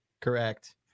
Correct